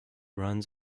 runs